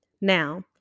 Now